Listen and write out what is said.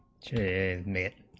j